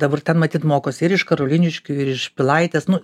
dabar ten matyt mokosi ir iš karoliniškių ir iš pilaitės nu